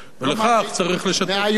100 יום.